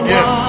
Yes